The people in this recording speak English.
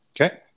Okay